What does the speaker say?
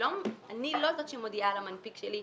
אני לא זאת שמודיעה למנפיק שלי: